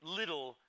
little